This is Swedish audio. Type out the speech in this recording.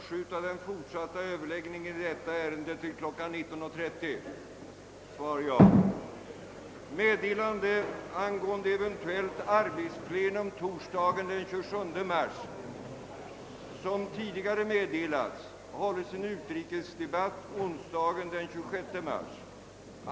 Som tidigare meddelats hålles en utrikesdebatt onsdagen "den 26 mars.